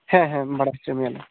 ᱦᱮᱸ ᱦᱮᱸ ᱵᱟᱲᱟᱭ ᱚᱪᱚ ᱢᱤᱭᱟ ᱞᱮ